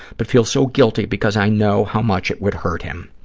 but feel so guilty because i know how much it would hurt him.